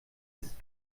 ist